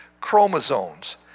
chromosomes